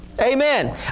Amen